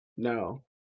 No